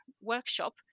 workshop